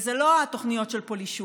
וזה לא התוכניות של פולישוק,